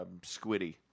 Squiddy